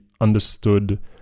understood